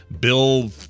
Bill